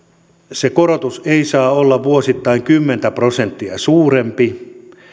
se korotus ei saa olla vuosittain kymmentä prosenttia suurempi